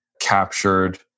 captured